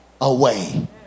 away